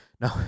No